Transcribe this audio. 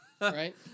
Right